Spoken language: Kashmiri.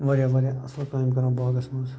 واریاہ واریاہ اَصٕل کامہِ کران باغَس منٛز